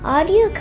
Audio